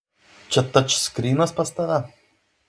čia tačskrynas pas tave